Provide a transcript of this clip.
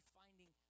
finding